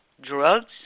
drugs